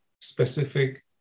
specific